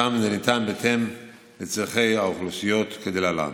שם זה ניתן בהתאם לצורכי האוכלוסיות כדלהלן: